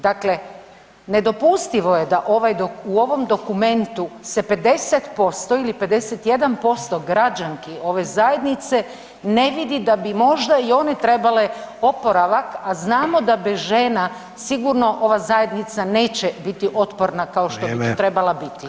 Dakle, nedopustivo je da u ovom dokumentu se 50% ili 51% građanki ove zajednice ne vidi da bi možda i one trebale oporavak, a znamo da bez žena sigurno ova zajednica neće biti otporna kao što bi [[Upadica: Vrijeme.]] trebala biti.